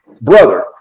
brother